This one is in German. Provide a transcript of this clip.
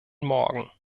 morgen